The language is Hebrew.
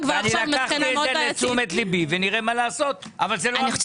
אקח לתשומת ליבי ונראה מה לעשות אבל זה לא המקרה הראשון.